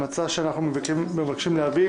המלצה שאנחנו מבקשים להביא,